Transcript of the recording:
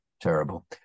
terrible